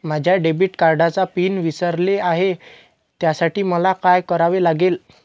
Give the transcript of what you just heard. माझ्या डेबिट कार्डचा पिन विसरले आहे त्यासाठी मला काय करावे लागेल?